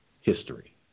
history